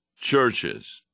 churches